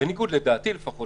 בניגוד לדעתי לפחות,